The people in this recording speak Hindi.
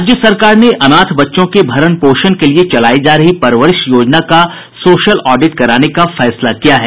राज्य सरकार ने अनाथ बच्चों के भरण पोषण के लिए चलायी जा रही परवरिश योजना का सोशल ऑडिट कराने का फैसला किया है